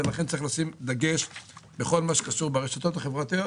ולכן צריך לשים דגש בכל מה שקשור ברשתות החברתיות.